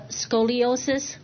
scoliosis